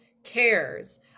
Cares